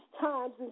times